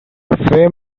fay